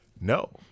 No